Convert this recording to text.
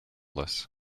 this